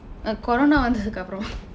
corona வந்ததுக்கு அப்புறம்:vandthathukku appuram ah